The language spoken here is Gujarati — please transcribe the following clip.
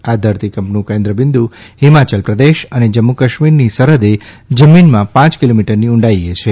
આ ધરતીકંપનું કેન્દ્રબિંદુ ફીમાચલ પ્રદેશ અને જમ્મુકાશ્મીરની સરહદે જમીનમાં પાંચ કીલોમીટરની ઉંડાઇએ છે